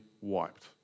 wiped